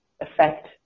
affect